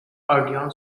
odeon